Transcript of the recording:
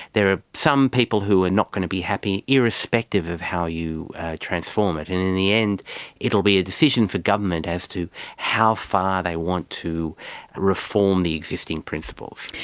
there are some people who are not going to be happy irrespective of how you transform it. and in the end it will be a decision for government as to how far they want to reform the existing principles.